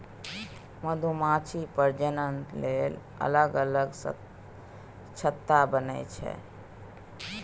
मधुमाछी प्रजनन लेल अलग अलग छत्ता बनबै छै